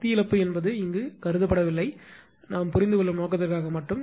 சக்தி இழப்பு என்பது இங்கு கருதப்படவில்லை புரிந்துகொள்ளும் நோக்கத்திற்காக மட்டும்